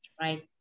Right